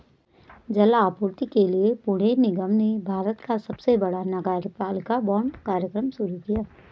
जल आपूर्ति के लिए पुणे निगम ने भारत का सबसे बड़ा नगरपालिका बांड कार्यक्रम शुरू किया